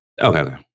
Okay